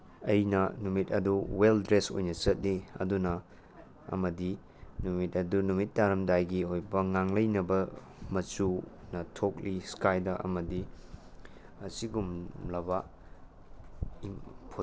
ꯑꯩꯅ ꯅꯨꯃꯤꯠ ꯑꯗꯨ ꯋꯦꯜ ꯗ꯭ꯔꯦꯁ ꯑꯣꯏꯅ ꯆꯠꯂꯤ ꯑꯗꯨꯅ ꯑꯃꯗꯤ ꯅꯨꯃꯤꯠ ꯑꯗꯨ ꯅꯨꯃꯤꯠ ꯇꯥꯔꯝꯗꯥꯏꯒꯤ ꯑꯣꯏꯕ ꯉꯥꯡꯂꯩꯅꯕ ꯃꯆꯨꯅ ꯊꯣꯛꯂꯤ ꯏꯁꯀꯥꯏꯗ ꯑꯃꯗꯤ ꯑꯁꯤꯒꯨꯝꯂꯕ ꯎꯝ